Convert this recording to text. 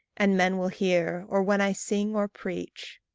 and men will hear, or when i sing or preach.